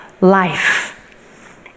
life